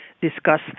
discuss